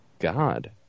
God